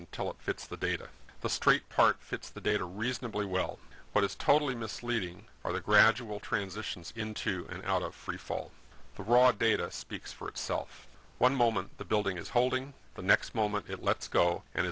until it fits the data the straight part fits the data reasonably well what is totally misleading are the gradual transitions into and out of freefall the raw data speaks for itself one moment the building is holding the next moment it lets go and